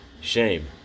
shame